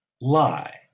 lie